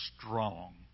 strong